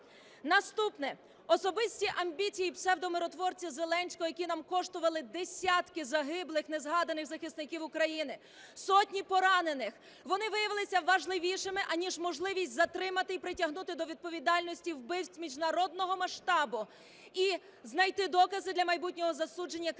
Наступне. Особисті амбіції псевдомиротворця Зеленського, які нам коштували десятки загиблих, не згаданих захисників України, сотні поранених, вони виявилися важливішими, аніж можливість затримати і притягнути до відповідальності вбивць міжнародного масштабу, і знайти докази для майбутнього засудження